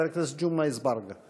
חבר הכנסת ג'מעה אזברגה.